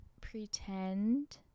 pretend